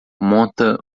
monta